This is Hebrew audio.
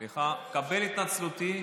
סליחה, קבל התנצלותי.